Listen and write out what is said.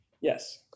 Yes